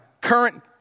current